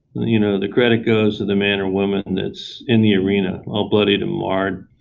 you know? the critic goes to the man or woman that's in the arena all bloodied and marred,